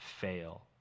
fail